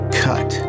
cut